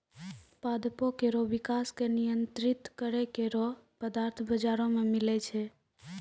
पादपों केरो विकास क नियंत्रित करै केरो पदार्थ बाजारो म मिलै छै